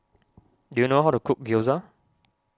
do you know how to cook Gyoza